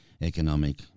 economic